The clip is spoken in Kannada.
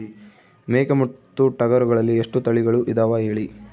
ಮೇಕೆ ಮತ್ತು ಟಗರುಗಳಲ್ಲಿ ಎಷ್ಟು ತಳಿಗಳು ಇದಾವ ಹೇಳಿ?